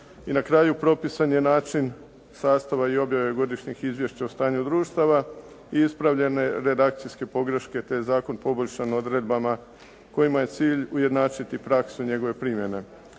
I na kraju, propisan je način sastava i objave godišnjih izvješća o stanju društava i ispravljene redakcijske pogreške te zakon poboljšan odredbama kojima je cilj ujednačiti praksu njegove primjene.